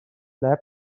flap